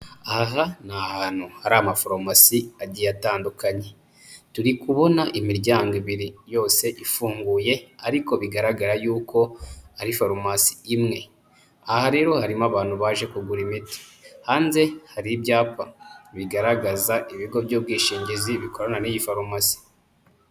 Aha ni ahantu hari amaforomasi agiye atandukanye. Turi kubona imiryango ibiri yose ifunguye ariko bigaragara y'uko ari farumasi imwe. Aha rero harimo abantu baje kugura imiti, hanze hari ibyapa bigaragaza ibigo by'ubwishingizi bikorana n'iyi farumasi.